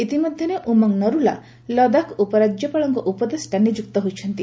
ଇତିମଧ୍ୟରେ ଉମଙ୍ଗ୍ ନରୁଲା ଲଦାଖ୍ ଉପରାଜ୍ୟପାଳଙ୍କ ଉପଦେଷ୍ଟା ନିଯୁକ୍ତ ହୋଇଛନ୍ତି